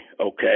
okay